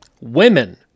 women